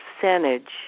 percentage